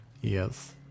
Yes